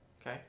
okay